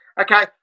okay